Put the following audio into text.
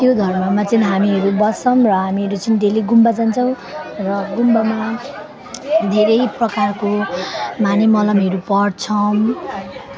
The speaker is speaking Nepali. त्यो धर्ममा चाहिँ हामीहरू बस्छौँ र हामीहरू चाहिँ डेली गुम्बा जान्छौँ र गुम्बामा धेरै प्रकारको मानिमलामहरू पढ्छौँ